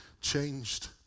changed